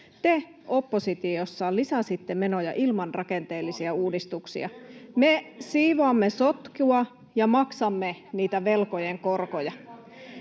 Te oppositiossa lisäsitte menoja ilman rakenteellisia uudistuksia. Me siivoamme sotkua ja maksamme niitä velkojen korkoja.